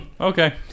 okay